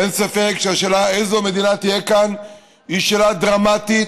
ואין ספק שהשאלה איזו מדינה תהיה כאן היא שאלה דרמטית,